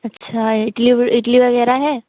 अच्छा इडली इडली वग़ैरह है